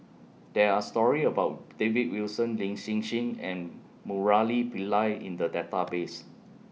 There Are stories about David Wilson Lin Hsin Hsin and Murali Pillai in The Database